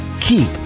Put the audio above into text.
Keep